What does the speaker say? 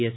S